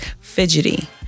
fidgety